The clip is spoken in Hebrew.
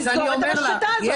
תסגור את המשחטה הזאת.